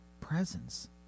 presence